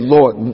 Lord